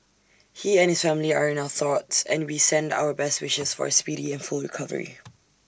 he and his family are in our thoughts and we send our best wishes for A speedy and full recovery